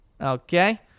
Okay